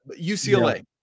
UCLA